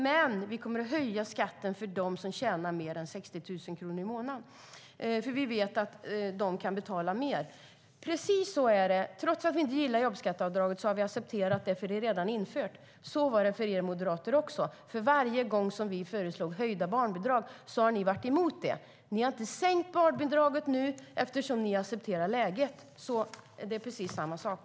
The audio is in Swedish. Men vi kommer att höja skatten för dem som tjänar mer än 60 000 kronor i månaden, för vi vet att de kan betala mer. Precis så är det. Trots att vi inte gillar jobbskatteavdraget har vi accepterat det, för det är redan infört. Så var det också för er moderater. Varje gång som vi föreslog höjda barnbidrag var ni emot det. Men ni har inte sänkt barnbidraget nu, eftersom ni accepterar läget. Det är precis samma sak.